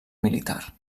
militar